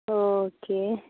okay